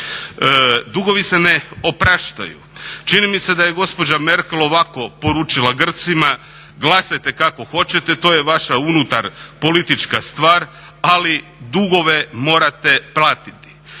Dugovi se ne opraštaju. Čini mi se da je gospođa Merkel ovako poručila Grcima: "Glasajte kako hoćete to je vaša unutar politička stvar, ali dugove morate platiti.